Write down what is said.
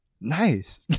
nice